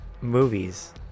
movies